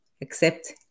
accept